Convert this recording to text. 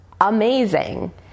amazing